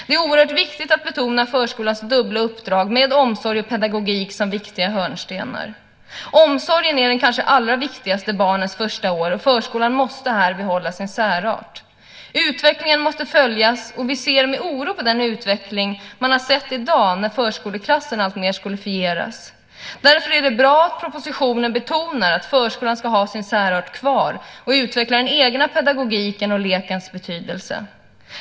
Det är oerhört viktigt att betona förskolans dubbla uppdrag med omsorg och pedagogik som viktiga hörnstenar. Omsorgen är det kanske allra viktigaste under barnets första år, och förskolan måste därför behålla sin särart. Utvecklingen måste följas och vi ser alltså med oro på den utveckling som i dag finns där förskoleklasserna alltmer skolifieras. Därför är det bra att propositionen betonar att förskolan ska ha sin särart kvar och utveckla den egna pedagogiken och lekens betydelse.